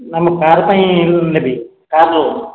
ନା ମୁଁ କାର୍ ପାଇଁ ଲୋନ ନେବି କାର୍ ଲୋନ